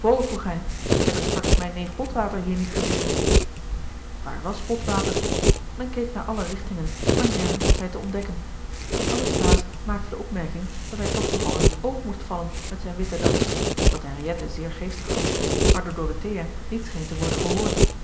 heb ik straks mijn neef botwater hier niet ge zien waar was botwater men keek naar alle richtingen maar nergens was hij te ontdekken anasthase maakte de opmerking dat hij toch nog al in het oog moest vallen met zijn witte das wat henriette zeer geestig vond maar door dorothea niet scheen te worden gehoord